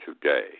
today